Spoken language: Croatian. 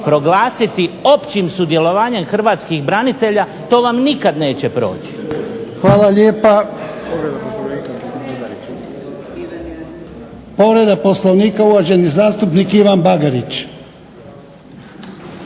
proglasiti općim sudjelovanjem hrvatskih branitelja to vam nikad neće proći. **Jarnjak, Ivan (HDZ)** Hvala lijepa. Povreda Poslovnika uvaženi zastupnik Ivan Bagarić.